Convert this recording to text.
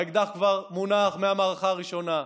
האקדח כבר מונח מהמערכה הראשונה.